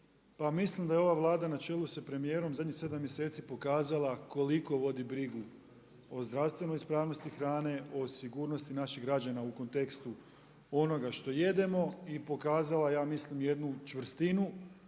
mislim da je ova Vlada na čelu sa premijerom zadnjih sedam mjeseci pokazala koliko vodi brigu o zdravstvenoj ispravnosti hrane, o sigurnosti naših građana u kontekstu onoga što jedemo i pokazala ja mislim